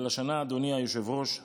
אבל השנה, אדוני היושב-ראש,